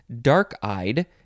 Dark-eyed